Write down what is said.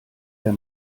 der